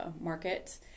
market